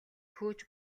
хөөж